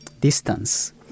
distance